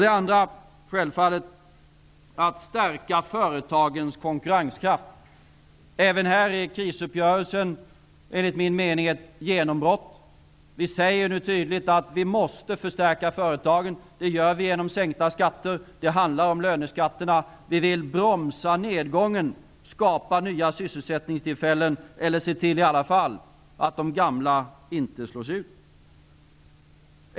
Den andra komponenten är självfallet att stärka företagens konkurrenskraft. Även i fråga om detta är krisuppgörelsen enligt min mening ett genombrott. Vi säger nu tydligt att vi måste förstärka företagen. Det gör vi genom sänkta skatter. Det handlar om löneskatterna. Vi vill bromsa nedgången och skapa nya sysselsättningstillfällen eller åtminstone se till att de gamla inte slås ut.